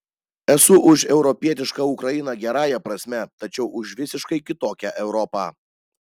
esu už europietišką ukrainą gerąja prasme tačiau už visiškai kitokią europą